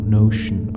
notion